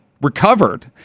recovered